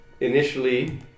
initially